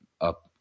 up